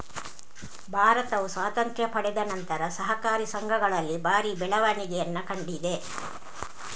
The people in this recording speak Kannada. ಭಾರತವು ಸ್ವಾತಂತ್ರ್ಯ ಪಡೆದ ನಂತರ ಸಹಕಾರಿ ಸಂಘಗಳಲ್ಲಿ ಭಾರಿ ಬೆಳವಣಿಗೆಯನ್ನ ಕಂಡಿದೆ